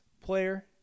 player